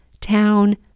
town